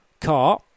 car